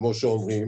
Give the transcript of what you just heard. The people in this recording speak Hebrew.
כמו שאומרים